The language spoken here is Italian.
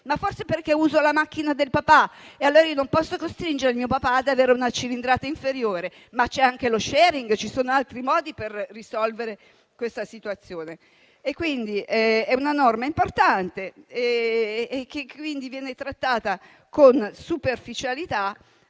Forse perché si usa la macchina del papà e allora non si può costringere il papà ad avere una cilindrata inferiore. C'è però anche lo *sharing*; ci sono altri modi per risolvere questa situazione. Si tratta quindi di una norma importante, ma viene trattata con superficialità